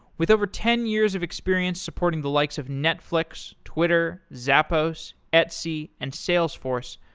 with over ten years of experience supporting the likes of netflix, twitter, zappos, etsy, and salesforce,